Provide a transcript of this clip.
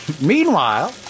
Meanwhile